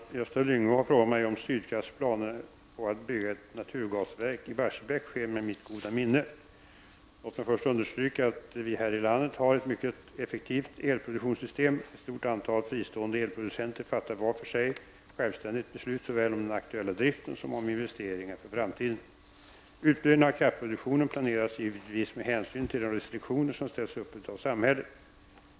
Herr talman! Gösta Lyngå har frågat mig om Sydkrafts planer på att bygga ett naturgasverk i Barsebäck sker med mitt goda minne. Låt mig först understryka att vi här i landet har ett mycket effektivt elproduktionssystem. Ett stort antal fristående elproducenter fattar var för sig självständigt beslut såväl om den aktuella driften som om investeringar för framtiden. Utbyggnaden av kraftproduktionen planeras givetvis med hänsyn till de restriktioner som ställs upp av samhället.